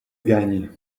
gagne